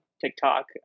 TikTok